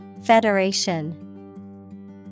Federation